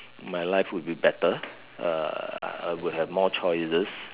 my life would be better uh I would have more choices